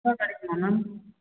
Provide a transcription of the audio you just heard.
ஃப்ரெஷ்ஷாக கிடைக்குமா மேம்